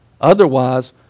Otherwise